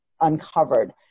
uncovered